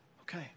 Okay